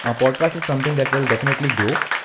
ah podcast is something that will definitely grow.